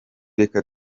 reka